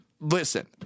Listen